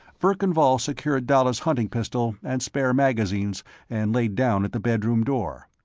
verkan vall secured dalla's hunting pistol and spare magazines and lay down at the bedroom door.